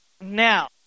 now